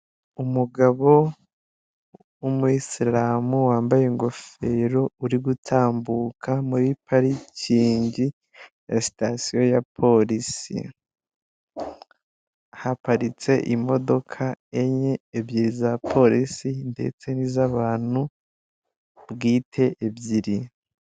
Umugabo w'umuyisilamu wambaye ingofero, uri gutambuka muri parikingi ya sitasiyo ya polisi. Haparitse imodoka enye, ebyiri za polisi ndetse n'izabantu bwite ebyiri.